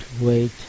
wait